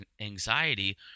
anxiety